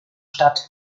statt